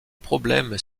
problème